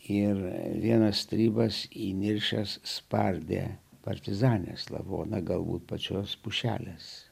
ir vienas stribas įniršęs spardė partizanės lavoną galbūt pačios pušelės